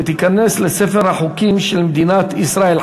ותיכנס לספר החוקים של מדינת ישראל.